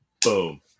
Boom